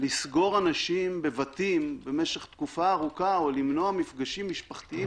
לסגור אנשים בבתים במשך תקופה ארוכה או למנוע מפגשים משפחתיים,